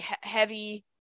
heavy